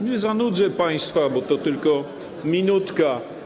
Nie zanudzę państwa, bo to tylko minutka.